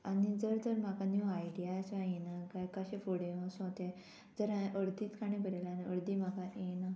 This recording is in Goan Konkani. आनी जर तर म्हाका न्यू आयडिया आसा येना काय कशें फुडें असो तें जर हांवें अर्दीत काणी बरयलां आनी अर्दी म्हाका येना